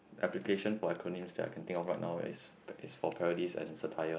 application for acronyms that I can think of right now is for parodies and satire